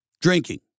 Drinking